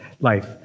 life